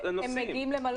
הם מגיעים למלון?